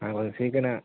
ஆ கொஞ்சம் சீக்கிரம்